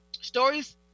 stories